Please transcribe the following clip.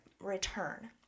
return